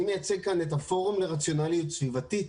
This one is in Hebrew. אני מייצג כאן את הפורום לרציונאליות סביבתית.